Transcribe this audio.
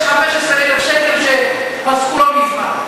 15,000 שקל פסקו לא מזמן.